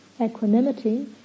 equanimity